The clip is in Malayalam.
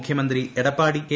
മുഖ്യമന്ത്രി എടപ്പാടി കെ